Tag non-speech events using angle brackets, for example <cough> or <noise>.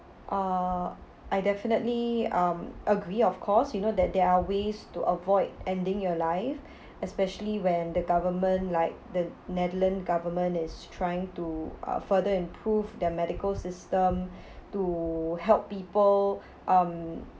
uh I definitely um agree of course you know that there are ways to avoid ending your life especially when the government like the netherlands government is trying to uh further improve their medical system <breath> to help people um